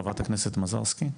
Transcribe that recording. חברת הכנסת מזרסקי?